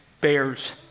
bears